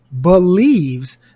believes